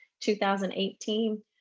2018